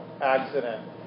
accident